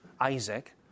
Isaac